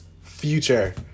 future